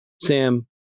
Sam